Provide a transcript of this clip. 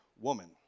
woman